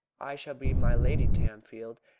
i shall be my lady tamfield,